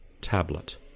tablet